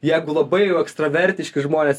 jeigu labai jau ekstravertiški žmonės